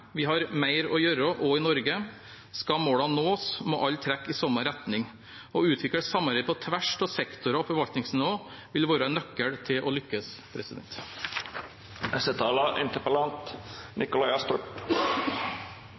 Vi har mer å gjøre, også i Norge. Skal målene nås, må alle trekke i samme retning. Å utvikle samarbeidet på tvers av sektorer og forvaltningsnivå vil være en nøkkel til å lykkes.